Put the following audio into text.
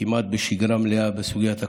כמעט בשגרה מלאה בסוגיית הקורונה.